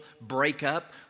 breakup